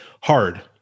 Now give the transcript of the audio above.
hard